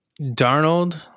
Darnold